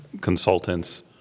consultants